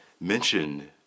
mention